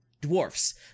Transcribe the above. dwarfs